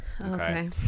Okay